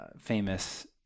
famous